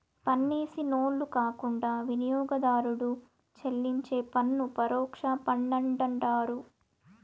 పన్నేసినోళ్లు కాకుండా వినియోగదారుడు చెల్లించే పన్ను పరోక్ష పన్నంటండారు